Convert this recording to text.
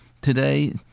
today